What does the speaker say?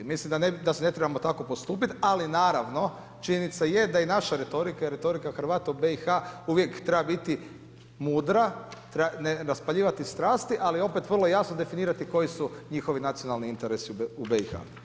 Mislim da ne trebamo tako postupiti, ali naravno činjenica je da i naša retorika i retorika Hrvata u BIH uvijek treba biti mudra, ne raspaljivati strasti, ali opet vrlo jasno definirati koji su njihovi nacionalni interesi u BIH.